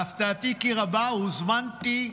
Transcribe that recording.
להפתעתי כי רבה הוזמנתי,